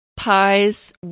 Pies